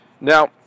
Now